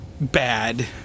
bad